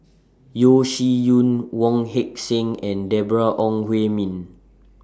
Yeo Shih Yun Wong Heck Sing and Deborah Ong Hui Min